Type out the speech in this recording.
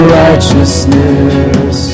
righteousness